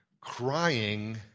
crying